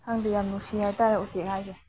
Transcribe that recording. ꯈꯪꯗꯦ ꯌꯥꯝ ꯅꯨꯡꯁꯤ ꯍꯥꯏꯇꯔꯦ ꯎꯆꯦꯛ ꯍꯥꯏꯁꯦ